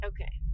Okay